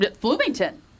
Bloomington